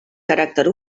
caràcter